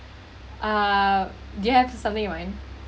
uh do you have something in mind